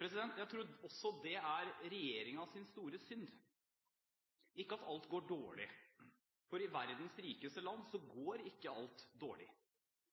Jeg tror det er regjeringens store synd – ikke at alt går dårlig, for i verdens rikeste land går ikke alt dårlig,